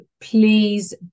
please